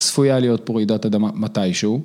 צפויה להיות פה רעידת אדמה, מתישהו.